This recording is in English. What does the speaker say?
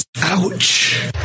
Ouch